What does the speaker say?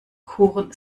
kuchen